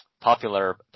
popular